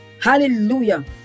hallelujah